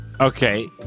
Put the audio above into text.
okay